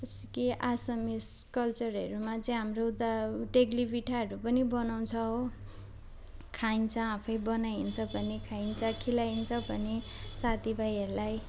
जस्तो कि असमिस कल्चरहरूमा चाहिँ हाम्रो उता टेक्ली पिठाहरू पनि बनाउँछ हो खाइन्छ आफैँ बनाइन्छ पनि खाइन्छ खिलाइन्छ पनि साथी भाइहरूलाई